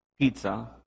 pizza